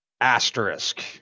Asterisk